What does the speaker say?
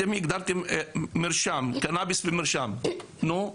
אתם הגדרתם קנביס במרשם, נו?